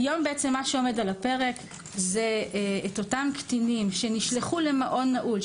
היום מה שעומד על הפרק זה אותם קטינים שנשלחו למעון נעול,